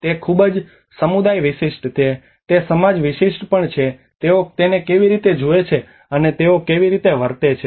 તે ખૂબ જ સમુદાય વિશિષ્ટ છે તે સમાજ વિશિષ્ટ પણ છે કે તેઓ તેને કેવી રીતે જુએ છે અને તેઓ કેવી રીતે વર્તે છે